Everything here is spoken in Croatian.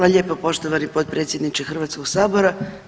lijepo poštovani potpredsjedniče Hrvatskog sabora.